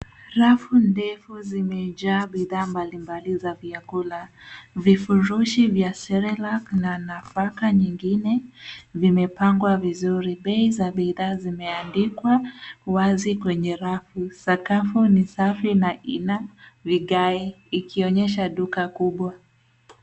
Rafu ndefu zimejaa bidhaa mbalimbali za vyakula. Vifurushi vya cerelac na nafaka nyingine vimepangwa vizuri, bei za bidhaa zimeandikwa wazi kwenye rafu. Sakafu ni safi na ina vigae, ikionyesha duka kubwa.